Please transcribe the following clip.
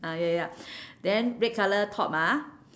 ah ya ya then red colour top ah